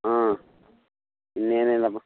ಹಾಂ ಇನ್ನೇನು ಇಲ್ಲಮ್ಮ